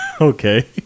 Okay